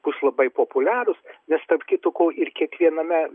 bus labai populiarūs nes tarp kito ko ir kiekviename